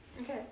Okay